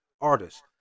artists